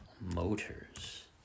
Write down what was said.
Motors